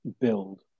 build